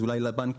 אולי הבנק